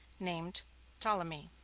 named ptolemy.